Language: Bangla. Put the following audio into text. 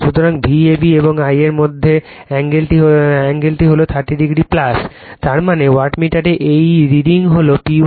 সুতরাং V ab এবং I a এর মধ্যে এঙ্গেলটি হল 30o তার মানে ওয়াটমিটারের এই রিডিং হল P1